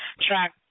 track